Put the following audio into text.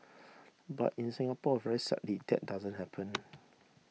but in Singapore very sadly that doesn't happen